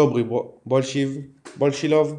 דוברי בוז'ילוב,